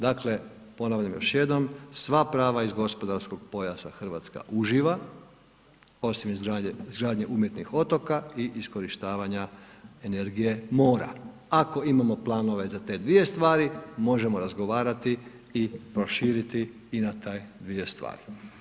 Dakle, ponavljam još jednom sva prava iz gospodarskog pojasa Hrvatska uživa osim izgradnje umjetnih otoka i iskorištavanja energije mora, ako imamo planove za te dvije stvari možemo razgovarati i proširiti i na taj dvije stvari.